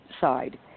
side